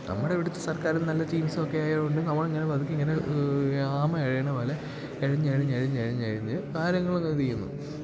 നമ്മുടെ ഇവിടെത്തെ സർക്കാരും നല്ല ടീംസും ഒക്കെ ആയതുകൊണ്ട് നമ്മളിങ്ങനെ പതുക്കെയിങ്ങനെ ആമ ഇഴയണ പോലെ ഇഴഞ്ഞെഴഞ്ഞെഴഞ്ഞെഴഞ്ഞെഴഞ്ഞ് കാലങ്ങളൊക്കെ അങ്ങ് തീർന്നു